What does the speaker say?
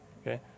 Okay